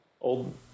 Old